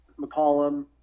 McCollum